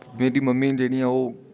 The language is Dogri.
मेरी मम्मी न जेह्ड़ियां ओह्